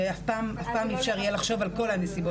הרי אף פעם אי אפשר יהיה לחשוב על כל נסיבות.